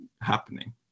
happening